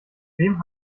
wem